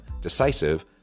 decisive